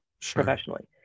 professionally